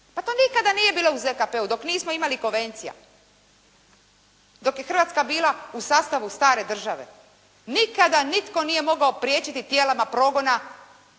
Pa to nikada nije bilo u ZKP-u dok nismo imali konvencija, dok je Hrvatska bila u sastavu stare države. Nikada nitko nije mogao priječiti tijelima progona